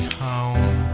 home